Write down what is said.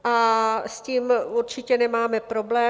A s tím určitě nemáme problém.